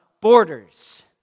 borders